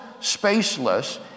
spaceless